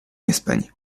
espagne